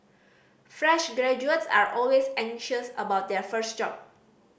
fresh graduates are always anxious about their first job